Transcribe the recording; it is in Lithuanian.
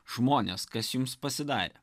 žmonės kas jums pasidarė